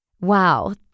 Wow